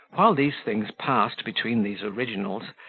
while these things passed between these originals,